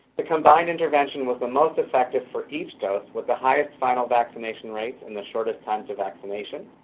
the combined intervention was the most effective for each dose, with the highest final vaccination rate and the shortest time to vaccination.